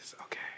Okay